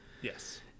Yes